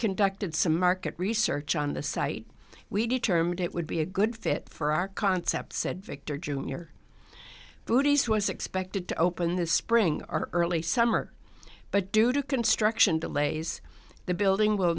conducted some market research on the site we determined it would be a good fit for our concept said victor jr booties was expected to open this spring or early summer but due to construction delays the building